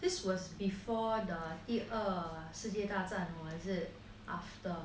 this was a before the 第二世界大战 or was it after